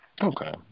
Okay